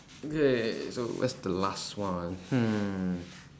okay so where's the last one hmm